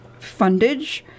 fundage